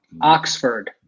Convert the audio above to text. Oxford